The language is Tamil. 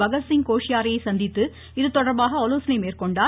பகத்சிங் கோஷியாரியை சந்தித்து இதுதொடர்பாக ஆலோசனை மேற்கொண்டார்